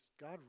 God